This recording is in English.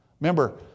Remember